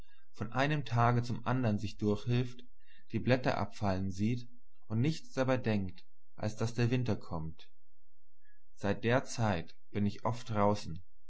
von einem tage zum andern sich durchhilft die blätter abfallen sieht und nichts dabei denkt als daß der winter kommt seit der zeit bin ich oft draußen